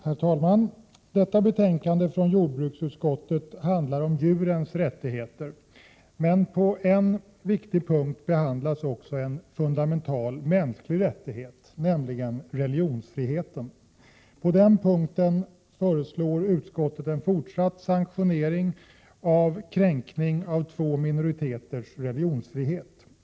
Herr talman! Detta betänkande från jordbruksutskottet handlar om djurens rättigheter, men på en viktig punkt behandlas också en fundamental mänsklig rättighet, nämligen religionsfriheten. På den punkten föreslår utskottet en fortsatt sanktionering av kränkning av två minoriteters religionsfrihet.